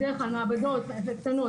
בדרך כלל מעבדות הן קטנות,